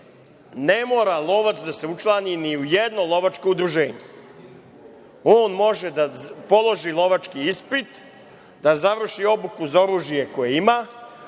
mora lovac da se učlani ni u jedno lovačko udruženje. On može da položi lovački ispit, da završi obuku za oružje koje ima,